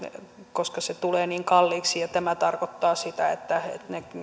koska ne tulevat niin kalliiksi ja tämä tarkoittaa sitä että ne